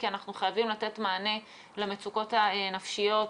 אנחנו חייבים לתת מענה למצוקות הנפשיות,